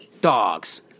dogs